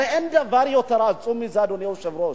הרי אין דבר יותר עצוב מזה, אדוני היושב-ראש.